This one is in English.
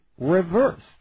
reversed